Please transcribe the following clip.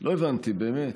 לא הבנתי, באמת,